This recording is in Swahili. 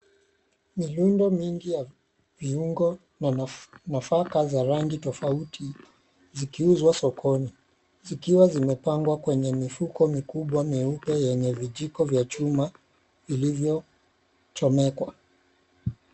Miundo mingi ya viungo ya nafaka za rangi tofauti zikiuzwa sokoni. zikiwa zimepangwa kwenye mifuko mikubwa mieupe vyenye vijiko vya chuma vilivyo chomekwa.